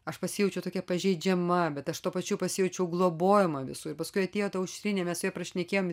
aš pasijaučiau tokia pažeidžiama bet aš tuo pačiu pasijaučiu globojama visų paskui atėjo ta aušrinė mes su ja prašnekėjom